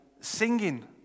singing